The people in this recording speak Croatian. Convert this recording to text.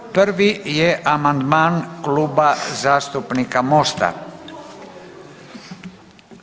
Prvi je amandman Kluba zastupnika Most-a.